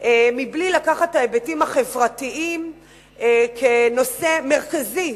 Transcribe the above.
מבלי לקחת ההיבטים החברתיים כנושא מרכזי,